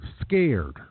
scared